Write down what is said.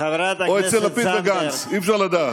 חברת הכנסת זנדברג.